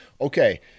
Okay